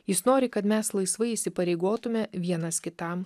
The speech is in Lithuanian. jis nori kad mes laisvai įsipareigotume vienas kitam